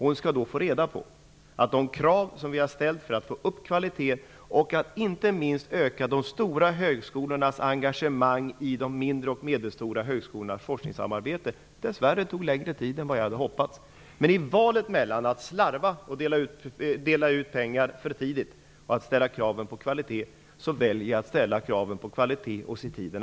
Hon skall då få reda på vilka krav som vi har ställt för att få upp kvaliteten och inte minst öka de stora högskolornas engagemang i de mindre och medelstora högskolornas forskningssamarbete. Detta arbete har dess värre tagit längre tid än vad jag hade hoppats. Men i valet mellan att slarva och dela ut pengar för tidigt och att ställa krav på kvaliteten väljer jag att ställa krav på kvaliteten och se tiden an.